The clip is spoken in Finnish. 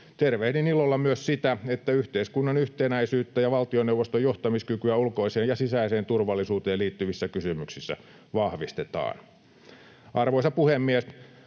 Tervehdin ilolla myös sitä, että yhteiskunnan yhtenäisyyttä ja valtioneuvoston johtamiskykyä ulkoiseen ja sisäiseen turvallisuuteen liittyvissä kysymyksissä vahvistetaan. Arvoisa puhemies!